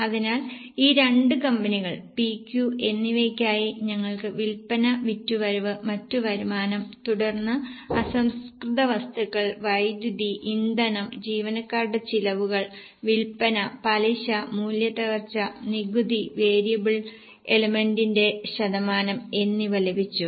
അതിനാൽ ഈ രണ്ട് കമ്പനികൾ പി ക്യു എന്നിവയ്ക്കായി ഞങ്ങൾക്ക് വിൽപ്പന വിറ്റുവരവ് മറ്റ് വരുമാനം തുടർന്ന് അസംസ്കൃത വസ്തുക്കൾ വൈദ്യുതി ഇന്ധനം ജീവനക്കാരുടെ ചെലവുകൾ വിൽപ്പന പലിശ മൂല്യത്തകർച്ച നികുതി വേരിയബിൾ എലമെന്റിന്റെ ശതമാനം എന്നിവ ലഭിച്ചു